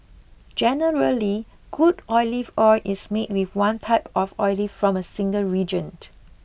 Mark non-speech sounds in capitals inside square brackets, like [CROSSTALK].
generally good olive oil is made with one type of olive from a single region [UNINTELLIGIBLE]